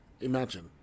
imagine